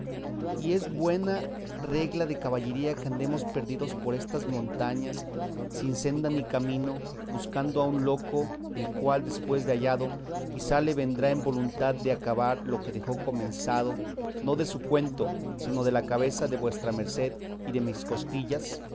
y es buena regla de caballería que andemos perdidos por estas montañas sin senda ni camino buscando a un loco el cual después de hallado quizá le vendrá en voluntad de acabar lo que dejó comenzado no de su cuento sino de la cabeza de vuestra merced y de mis costillas